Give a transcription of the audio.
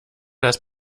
das